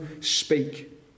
speak